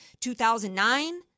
2009